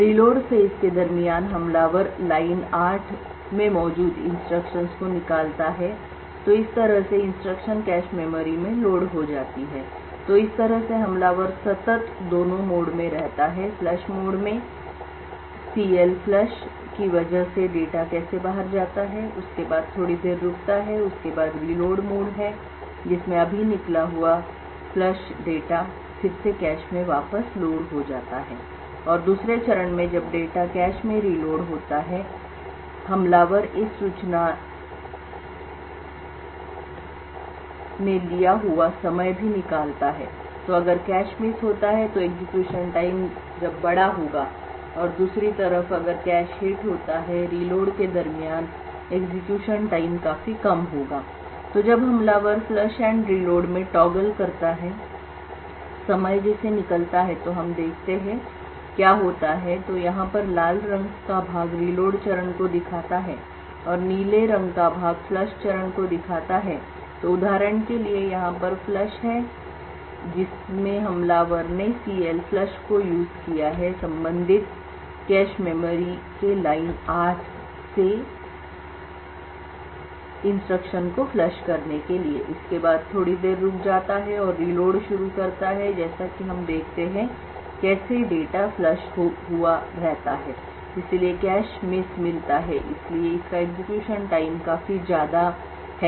reload phase के दरमियान हमलावर लाइन एट में मौजूद इंस्ट्रक्शंस को निकालता है तो इस तरह से इंस्ट्रक्शन कैश मेमोरी में लोड हो जाती है तो इस तरह से हमलावर सतत दोनों मोड में रहता है फ्लश मोड में सी एल फ्लश CLFLUSH की वजह से डाटा कैसे बाहर जाता है उसके बाद थोड़ी देर रुकता है उसके बाद रीलोड मोड़ है जिसमें अभी निकला हुआ फ्लश डाटा फिर से कैश में वापस लोड हो जाता है और दूसरे चरण में जब डाटा कैश में रीलोड होता है अटैक हमलावर इस सूचना ने लिया हुआ समय भी निकालता है तो अगर cache miss होता है तो एग्जीक्यूशन टाइम जब बड़ा होगा और दूसरी तरफ अगर cache hit होता है रीलोड के दरमियान एग्जीक्यूशन टाइम काफी कम होगा तो जब हमलावर फ़्लैश और रीलोड में टॉगल करता रहता है समय जैसे निकलता है तो हम देखते हैं क्या होता है तो यहां पर लाल रंग का भाग रीलोड चरण को दिखाता है और नीले रंग का भाग फ्लश चरण को दिखाता है तो उदाहरण के लिए यहां पर फ़्लैश है जिसमें हमलावर ने सी एल फ्लश CLFLUSH को यूज किया है संबंधित कैश मेमोरी के लाइन 8 से इंस्ट्रक्शन को फ्लश करने के लिए इसके बाद थोड़ी देर रुक जाता है और रीलोड को शुरू करता है और जैसा कि हम देखते हैं कैसे डाटा फ़्लैश हुआ रहता है इसलिए cache miss मिलता है इसलिए इसका एग्जीक्यूशन टाइम काफी ज्यादा है